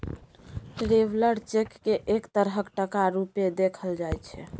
traveller cheque केँ एक तरहक टका रुपेँ देखल जाइ छै